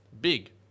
big